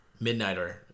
Midnighter